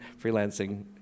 freelancing